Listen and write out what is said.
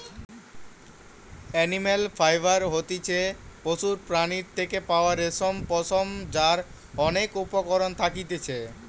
animal fibre হতিছে পশুর প্রাণীর থেকে পাওয়া রেশম, পশম যার অনেক উপকরণ থাকতিছে